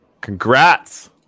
congrats